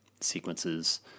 sequences